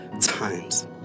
times